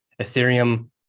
Ethereum